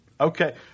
Okay